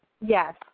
Yes